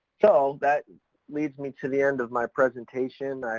so that and leads me to the end of my presentation. i,